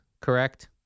Correct